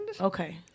Okay